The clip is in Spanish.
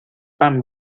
pan